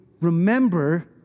Remember